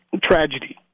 tragedy